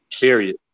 Period